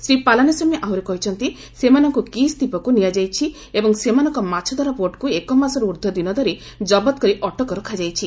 ଶ୍ରୀ ପାଲାନୀସ୍ୱାମୀ ଆହ୍ରରି କହିଛନ୍ତି ସେମାନଙ୍କୁ କିସ୍ ଦ୍ୱୀପକ୍ ନିଆଯାଇଛି ଏବଂ ସେମାନଙ୍କ ମାଛଧରା ବୋଟ୍କୁ ଏକ ମାସରୁ ଊର୍ଦ୍ଧ୍ୱ ଦିନ ଧରି କବତ କରି ଅଟକ ରଖାଯାଇଛି